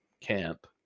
camp